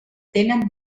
tenen